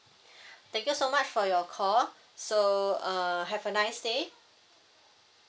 thank you so much for your call so err have a nice day